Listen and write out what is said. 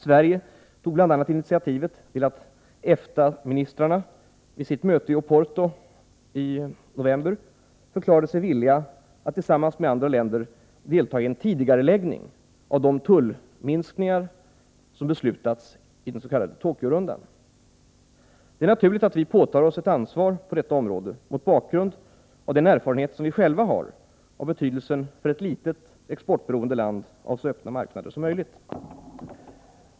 Sverige tog bl.a. initiativet till att EFTA-ministrarna vid sitt möte i Oporto i november förklarade sig villiga att tillsammans med andra länder delta i en tidigareläggning av de tullminskningar som beslutats i den s.k. Tokyo-rundan. Det är naturligt att vi påtar oss ett ansvar på detta område mot bakgrund av den erfarenhet som vi själva har av betydelsen för ett litet exportberoende land av så öppna marknader som möjligt.